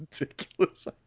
ridiculous